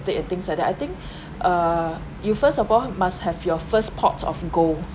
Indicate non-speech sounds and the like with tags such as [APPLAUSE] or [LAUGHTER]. estate and things like that I think [NOISE] uh you first of all must have your first pot of gold